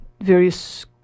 various